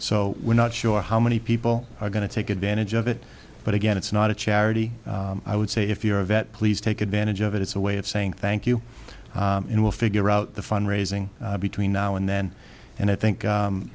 so we're not sure how many people are going to take advantage of it but again it's not a charity i would say if you're a vet please take advantage of it it's a way of saying thank you and we'll figure out the fund raising between now and then and i think